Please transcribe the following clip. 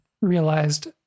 realized